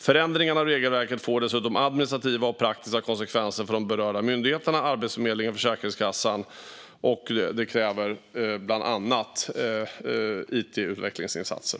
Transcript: Förändringar av regelverket får dessutom administrativa och praktiska konsekvenser för de berörda myndigheterna, Arbetsförmedlingen och Försäkringskassan, och kräver bland annat it-utvecklingsinsatser.